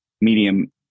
medium